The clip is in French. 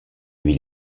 lui